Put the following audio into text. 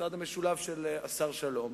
המשרד המשולב של השר שלום,